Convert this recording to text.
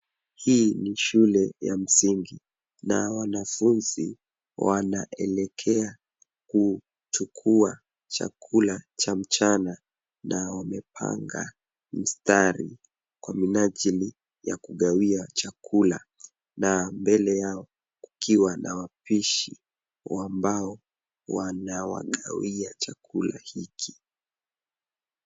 Hii ni shule ya msingi na wanafunzi wanaelekea kuchukua chakula cha mchana na wamepanga mstari kwa minajili ya kugawia chakula na mbele yao kukiwa na wapishi ambao wanawagawia chakula hiki.